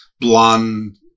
blonde